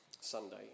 Sunday